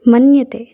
मन्यते